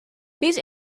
these